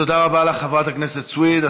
תודה רבה לך, חברת הכנסת סויד.